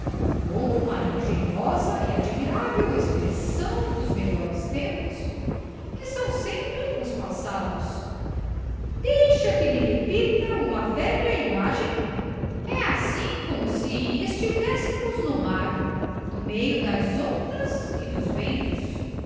como uma engenhosa e admirável expressão dos melhores tempos que são sempre os passados deixa que lhe repita uma velha imagem e assim como si estivéssemos no mar no meio das ondas e dos ventos